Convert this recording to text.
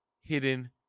hidden